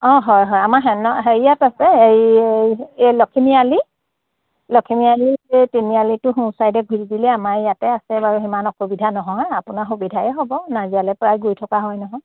অঁ হয় হয় আমাৰ সে হেৰিয়াত আছে এই এই লখিমী আলি লখিমী আলি এই তিনিআলিটো সোঁ ছাইডে ঘুৰি দিলে আমাৰ ইয়াতে আছে বাৰু সিমান অসুবিধা নহয় আপোনাৰ সুবিধাই হ'ব নাজিৰালৈ প্ৰায় গৈ থকা হয় নহয়